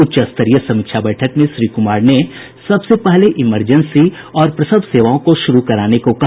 उच्च स्तरीय समीक्षा बैठक में श्री कुमार ने सबसे पहले इमरजेंसी और प्रसव सेवाओं को शुरू कराने को कहा